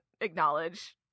acknowledge